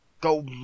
go